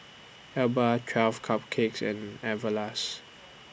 Alba twelve Cupcakes and Everlast